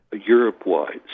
Europe-wide